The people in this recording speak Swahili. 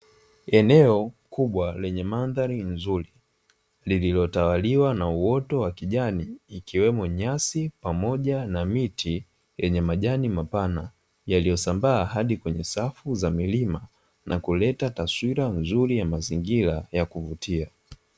Eneo kubwa lenye mandhari nzuri, lililotawaliwa na uoto wa kijani, ikiwemo nyasi pamoja na miti yenye majani mapana, yaliyosambaa hadi kwenye safu za milima na kuleta taswira nzuri ya mazingira ya kuvutia.